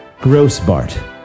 Grossbart